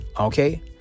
okay